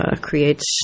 creates